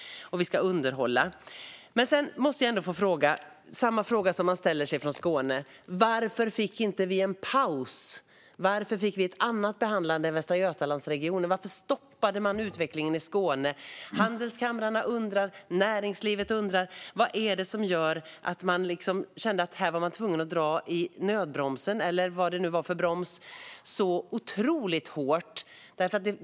Vi ska också underhålla. Jag måste också få ställa samma fråga som man ställer sig i Skåne: Varför fick man inte en paus? Varför fick man en annan behandling än Västra Götalandsregionen? Varför stoppades utvecklingen i Skåne? Handelskamrarna undrar. Näringslivet undrar. Vad var det som gjorde att man kände att man var tvungen att dra i nödbromsen, eller vad det nu var för broms, så otroligt hårt?